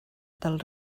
del